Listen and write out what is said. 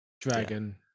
dragon